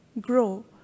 grow